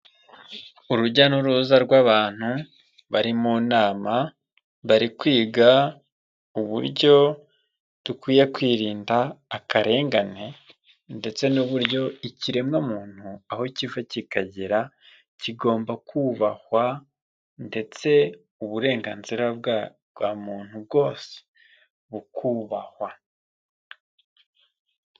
Urujya n'uruza rw'abantu bari mu nama, bari kwiga uburyo dukwiye kwirinda akarengane ndetse n'uburyo ikiremwamuntu aho kiva kikagera, kigomba kubahwa ndetse uburenganzira bwa bwa muntu bwose, bukubahwa.